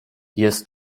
jest